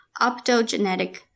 optogenetic